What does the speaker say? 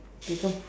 k come